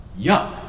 Yuck